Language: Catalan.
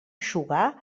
eixugar